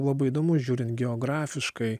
labai įdomu žiūrint geografiškai